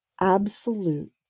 Absolute